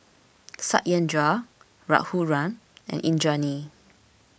Satyendra Raghuram and Indranee